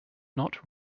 not